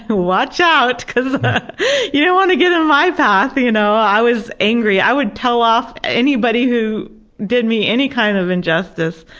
watch out! you don't want to get in my path! you know i was angry. i would tell off anybody who did me any kind of injustice,